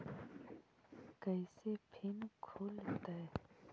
कैसे फिन खुल तय?